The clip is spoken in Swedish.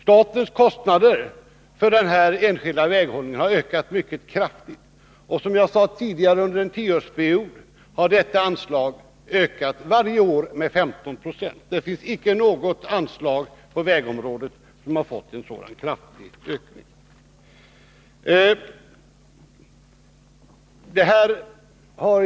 Statens kostnader för denna enskilda väghållning har ökat mycket kraftigt. Som jag sade tidigare har detta anslag under en tioårsperiod ökat med 15 96 varje år. Det finns icke något annat anslag på vägområdet som har fått en så kraftig ökning.